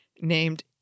named